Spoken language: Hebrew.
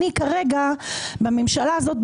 אני כרגע בממשלה הזאת,